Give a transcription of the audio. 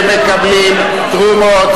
שמקבלים תרומות